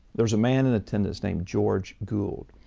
there's a man in attendance named george gould